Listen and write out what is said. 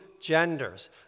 genders